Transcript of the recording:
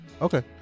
Okay